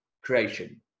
creation